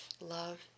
Love